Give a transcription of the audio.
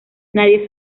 nadie